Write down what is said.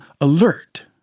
alert